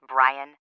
Brian